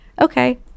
Okay